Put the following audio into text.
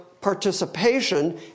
participation